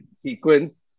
sequence